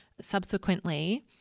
subsequently